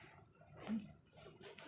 mm